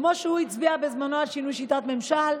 כמו שהוא הצביע בזמנו על שינוי שיטת ממשל,